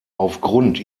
aufgrund